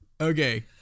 Okay